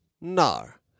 nar